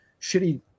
shitty